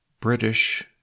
British